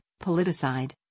politicide